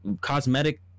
cosmetic